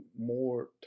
more